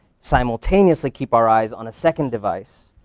simultaneously keep our eyes on a second device